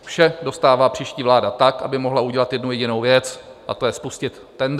Vše dostává příští vláda tak, aby mohla udělat jednu jedinou věc, a to je spustit tendr.